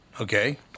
Okay